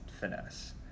finesse